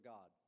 God